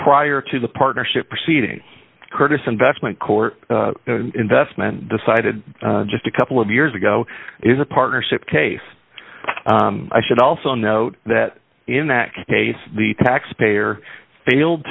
prior to the partnership proceeding curtis investment court investment decided just a couple of years ago is a partnership case i should also note that in that case the taxpayer failed